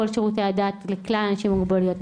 כל שירותי הדת לכלל האנשים עם מוגבלויות,